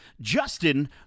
Justin